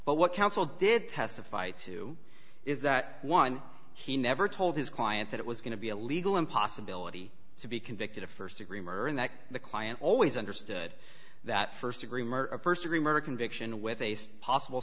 but what counsel did testify to is that one he never told his client that it was going to be a legal and possibility to be convicted of st degree murder and that the client always understood that st degree murder st degree murder conviction with a possible